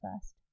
first